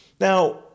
Now